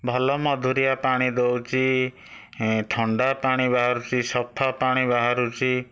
ଭଲ ମଧୁରିଆ ପାଣି ଦେଉଛି ଥଣ୍ଡା ପାଣି ବାହାରୁଛି ସଫା ପାଣି ବାହାରୁଛି